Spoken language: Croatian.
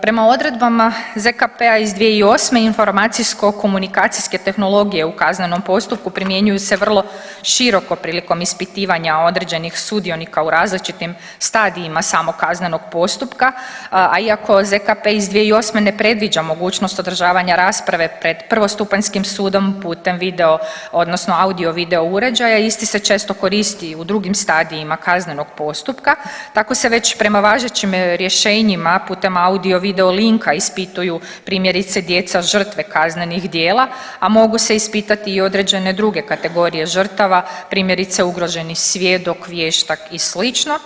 Prema odredbama ZKP-a iz 2008. informacijsko komunikacijske tehnologije u kaznenom postupku primjenjuju se vrlo široko prilikom ispitivanja određenih sudionika u različitim stadijima samog kaznenog postupaka, a iako ZKP iz 2008. ne predviđa mogućnost održavanja rasprave pred prvostupanjskim sudom putem video odnosno audio video uređaja isti se često koristi i u drugim stadijima kaznenog postupka, tako se već prema važećim rješenjima putem audio video linka ispituju primjerice djeca od žrtve kaznenih djela, a mogu se ispitati i određene druge kategorije žrtava, primjerice ugroženi svjedok, vještak i slično.